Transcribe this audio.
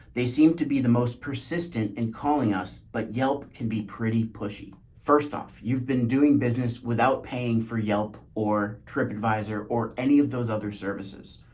they seem to be the most persistent in calling us, but yelp can be pretty pushy. first off, you've been doing business without paying for yelp or tripadvisor or any of those other services,